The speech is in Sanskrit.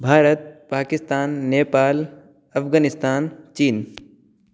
भारत् पाकिस्तान् नेपाल् अफ्गनिस्तान् चीन्